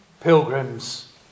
pilgrims